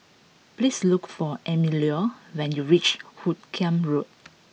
please look for Emilio when you reach Hoot Kiam Road